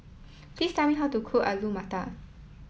please song how to cook Alu Matar